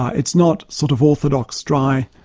ah it's not sort of orthodox, dry,